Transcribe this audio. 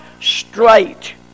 straight